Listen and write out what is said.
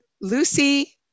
Lucy